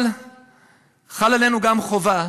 אבל חלה עלינו גם חובה,